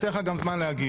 אתן לך גם זמן להגיב.